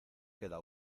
queda